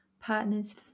partner's